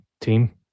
team